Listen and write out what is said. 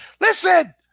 Listen